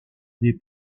des